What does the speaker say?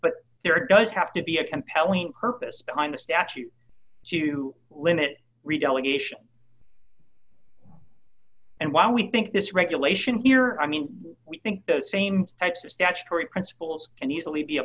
but there does have to be a compelling purpose behind the statute to limit retaliation and while we think this regulation here i mean we think those same types of statutory principles and easily be